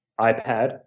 iPad